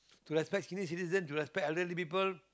to respect senior citizen to respect elderly people